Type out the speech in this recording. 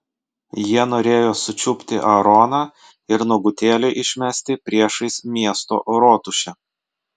jie norėjo sučiupti aaroną ir nuogutėlį išmesti priešais miesto rotušę